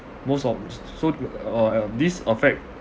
most of so uh uh this affect